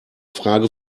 frage